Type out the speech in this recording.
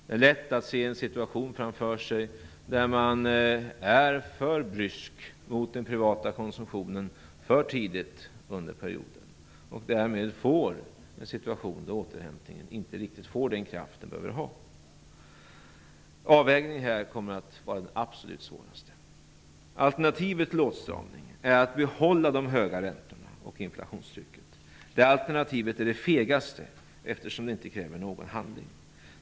Det är lätt att se en situation framför sig där man är för brysk mot den privata konsumtionen för tidigt under perioden och därmed får en situation där återhämtningen inte riktigt får den kraft den behöver ha. Avvägningen kommer här att vara det absolut svåraste. Alternativet till åtstramning är att behålla de höga räntorna och inflationstrycket. Det alternativet är det fegaste, eftersom det inte kräver någon handling.